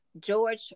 George